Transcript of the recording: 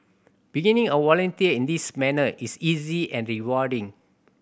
beginning a volunteer in this manner is easy and rewarding